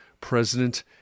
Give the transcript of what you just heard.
president